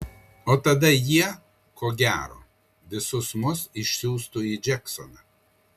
o tada jie ko gero visus mus išsiųstų į džeksoną